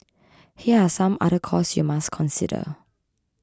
here are some other costs you must consider